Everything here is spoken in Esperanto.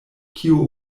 kio